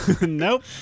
Nope